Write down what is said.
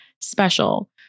special